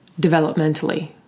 developmentally